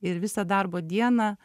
ir visą darbo dieną